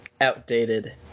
outdated